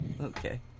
Okay